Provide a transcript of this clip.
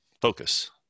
focus